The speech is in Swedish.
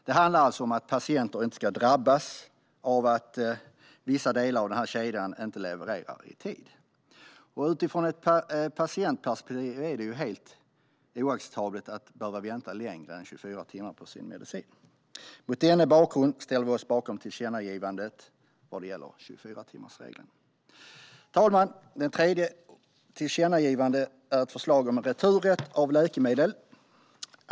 Det handlar alltså om att patienter inte ska drabbas av att vissa delar i den här kedjan inte levererar i tid. Utifrån ett patientperspektiv är det helt oacceptabelt att behöva vänta längre än 24 timmar på att få sin medicin. Mot denna bakgrund ställer vi oss bakom tillkännagivandet vad gäller 24timmarsregeln. Herr talman! Det tredje tillkännagivandet är ett förslag om returrätt av läkemedel.